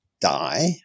die